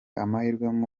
amahirwe